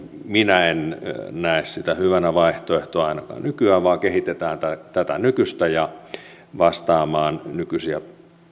minä en näe sitä hyvänä vaihtoehtona ainakaan nykyään vaan kehitetään tätä nykyistä vastaamaan nykyisiä